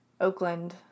Oakland